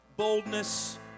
Boldness